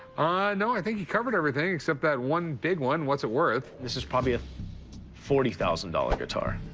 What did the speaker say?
no, i think you covered everything except that one big one what's it worth. this is probably a forty thousand dollars guitar.